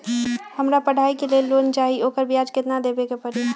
हमरा पढ़ाई के लेल लोन चाहि, ओकर ब्याज केतना दबे के परी?